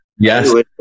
Yes